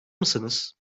mısınız